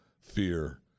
fear